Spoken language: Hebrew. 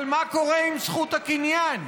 אבל מה קורה עם זכות הקניין?